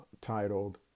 titled